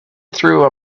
through